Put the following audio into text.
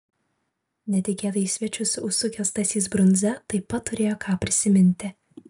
netikėtai į svečius užsukęs stasys brundza taip pat turėjo ką prisiminti